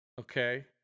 okay